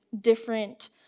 different